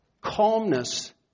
Calmness